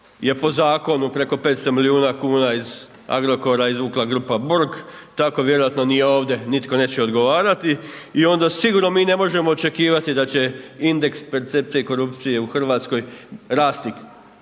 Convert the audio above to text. je po zakonu preko 500 milijuna kuna iz Agrokora izvukla grupa Borg, tako vjerojatno ni ovdje nitko neće odgovarati i onda sigurno mi me možemo očekivati da će indeks percepcije korupcije u Hrvatskoj rasti